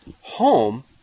home